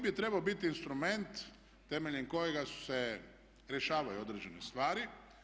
OIB je trebao biti instrument temeljem kojega se rješavaju određene stvari.